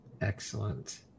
Excellent